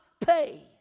pay